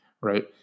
right